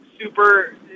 super